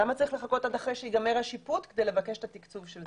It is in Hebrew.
למה צריך לחכות עד אחרי שייגמר השיפוט כדי לבקש את התקצוב של זה?